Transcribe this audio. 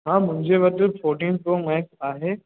हा मुंहिमजे वटि फ़ॉटीन प्रो मैक्स आहे